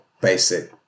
basic